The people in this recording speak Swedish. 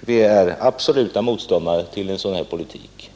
vi är absoluta motståndare till en sådan här politik.